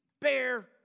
bear